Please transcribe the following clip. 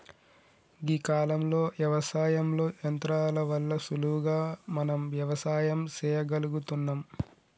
గీ కాలంలో యవసాయంలో యంత్రాల వల్ల సులువుగా మనం వ్యవసాయం సెయ్యగలుగుతున్నం